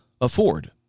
afford